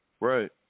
right